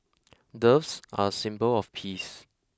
doves are symbol of peace